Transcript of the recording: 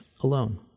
alone